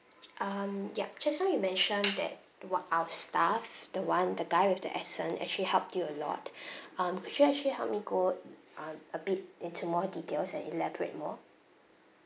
um ya just now you mentioned that what our staff the one the guy with the accent actually helped you a lot um could you actually help me go um a bit into more details and elaborate more